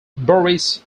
boris